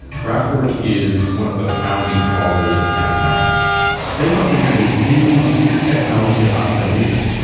kraftwerk is one of the founding fathers of techno they helped introduce new, weird technology to popular music